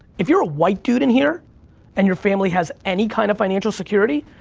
if you're a white dude in here and your family has any kind of financial security,